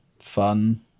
fun